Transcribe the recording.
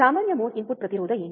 ಸಾಮಾನ್ಯ mode input ಪ್ರತಿರೋಧ ಏನು